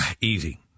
Easy